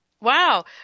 Wow